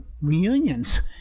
reunions